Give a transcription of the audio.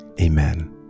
amen